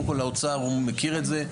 קודם כל האוצר הוא מכיר את זה,